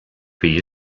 fee